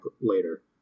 later